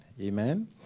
Amen